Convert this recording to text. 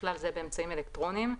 ובכלל זה באמצעים אלקטרוניים,